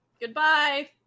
Goodbye